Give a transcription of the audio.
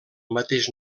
mateix